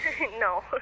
No